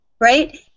right